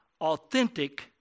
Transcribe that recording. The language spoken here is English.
authentic